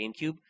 GameCube